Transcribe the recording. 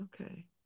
okay